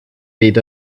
bid